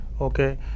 okay